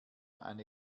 eine